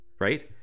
right